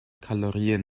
kalorien